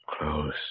close